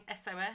SOS